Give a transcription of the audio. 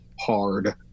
hard